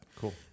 Cool